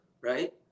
Right